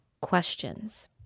questions